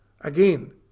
again